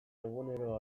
egunero